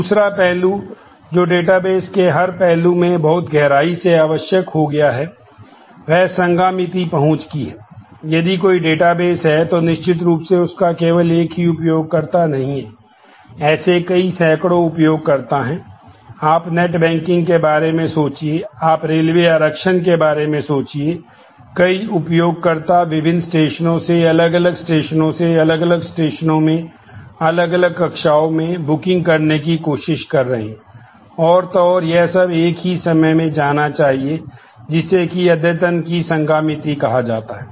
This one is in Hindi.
दूसरा पहलू जो डेटाबेस के बारे में सोचिए आप रेलवे आरक्षण के बारे में सोचिए कई उपयोगकर्ता विभिन्न स्टेशनों से अलग अलग स्टेशनों से अलग अलग स्टेशनों में अलग अलग कक्षाओं में बुकिंग करने की कोशिश कर रहे हैं और तो और यह सब एक ही समय में जाना चाहिए जिसे कि अद्यतन की संगामिति कहा जाता है